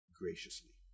graciously